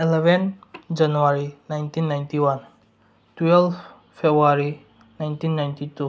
eleven January nineteen ninety one twelve February nineteen ninety two